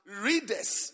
readers